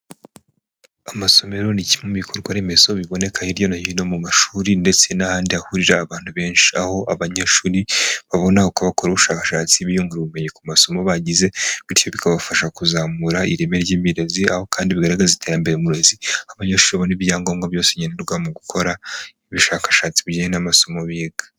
Amasomero ni kimwe mu bikorwa remezo biboneka hirya no hino mu mashuri ndetse n'ahandi hahurira abantu benshi, aho abanyeshuri babona uko bakora ubushakashatsi, biyungura ubumenyi ku masomo bagize, bityo bikabafasha kuzamura ireme ry'uburezi, aho kandi bigaragaza iterambere mu burezi, aho abanyeshuri babona ibyangombwa byose nkenerwa mu gukora ubushakashatsi bujyanye n'amasomo biga.